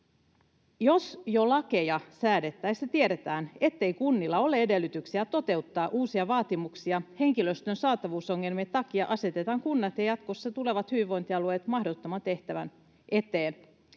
Jos jo lakeja säädettäessä tiedetään, ettei kunnilla ole edellytyksiä toteuttaa uusia vaatimuksia henkilöstön saatavuusongelmien takia, asetetaan kunnat ja jatkossa tulevat hyvinvointialueet mahdottoman tehtävän eteen.